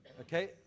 Okay